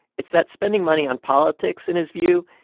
it's that spending money on politics, in his view,